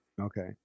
Okay